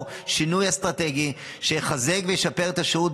שינוי אסטרטגי שיחזק וישפר את השירות,